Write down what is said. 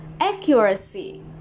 accuracy